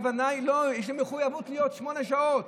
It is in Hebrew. יש להם מחויבות להיות שמונה שעות.